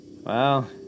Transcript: Well